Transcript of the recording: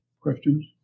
Questions